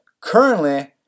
Currently